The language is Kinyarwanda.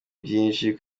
byinshi